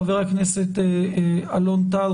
חבר הכנסת אלון טל,